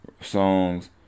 songs